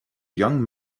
young